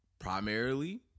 Primarily